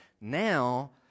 Now